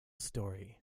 story